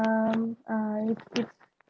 um I it's